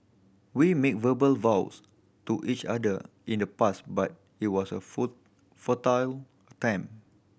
we made verbal vows to each other in the past but it was a futile time